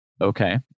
okay